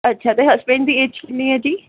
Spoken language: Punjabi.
ਅੱਛਾ ਤੇ ਹਸਬੈਂਡ ਦੀ ਏਜ ਕਿੰਨੀ ਐ ਜੀ